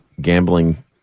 gambling